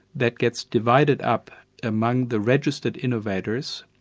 that gets divided up among the registered innovators,